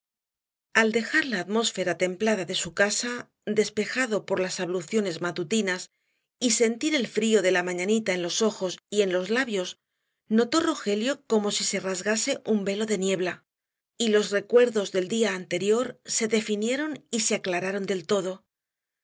al dejar la atmósfera templada de su casa despejado por las abluciones matutinas y sentir el frío de la mañanita en los ojos y en los labios notó rogelio como si se rasgase un velo de niebla y los recuerdos del día anterior se definieron y se aclararon del todo